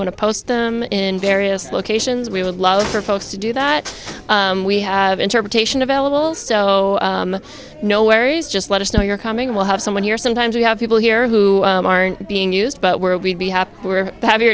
want to post them in various locations we would love for folks to do that we have interpretation available so no worries just let us know you're coming we'll have someone here sometimes we have people here who aren't being used but where we'd be happy we're ha